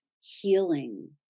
healing